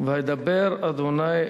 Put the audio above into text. "וידבר ה'